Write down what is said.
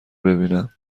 ببینم